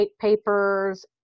papers